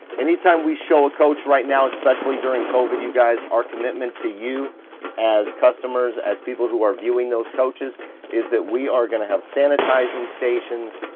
anytime we show a coach right now, especially during covid you guys, our commitment to you as customers, as people who are viewing those coaches is that we are gonna have sanitizing stations.